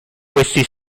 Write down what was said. questi